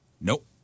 Nope